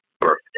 birthday